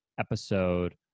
episode